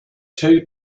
two